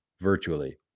virtually